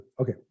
Okay